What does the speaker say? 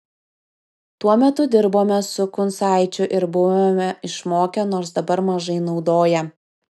tuo metu dirbome su kuncaičiu ir buvome išmokę nors dabar mažai naudoja